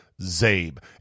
zabe